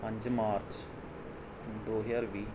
ਪੰਜ ਮਾਰਚ ਦੋ ਹਜ਼ਾਰ ਵੀਹ